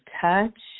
touch